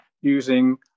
using